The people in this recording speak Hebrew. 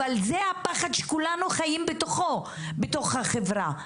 אבל זה הפחד שכולנו חיים בתוכו, בתוך החברה.